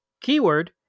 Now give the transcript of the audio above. keyword